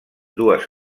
dues